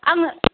आङो